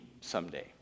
someday